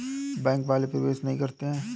Bank वाले प्रवेश नहीं करते हैं?